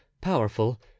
powerful